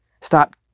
stop